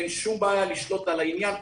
אין שום בעיה לשלוט על העניין.